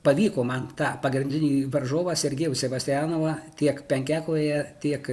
pavyko man tą pagrindinį varžovą sergėjų sebastijanovą tiek penkiakovėje tiek